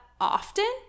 often